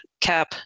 cap